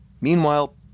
Meanwhile